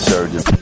Surgeon